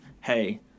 hey